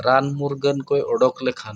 ᱨᱟᱱ ᱢᱩᱨᱜᱟᱹᱱ ᱠᱚᱭ ᱚᱰᱚᱠ ᱞᱮᱠᱷᱟᱱ